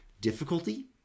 difficulty